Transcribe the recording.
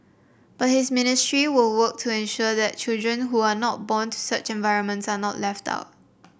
but his ministry will work to ensure that children who are not born to such environments are not left out